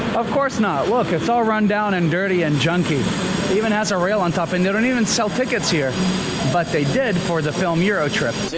of course not. look! it's all run down and dirty and junky even has a rail on top and they don't even sell tickets here but they did for the film eurotrip